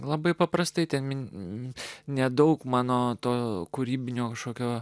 labai paprastai ten nedaug mano to kūrybinio šokio